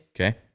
okay